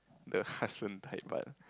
the husband died but